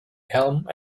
helm